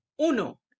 uno